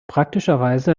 praktischerweise